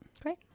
Great